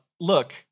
look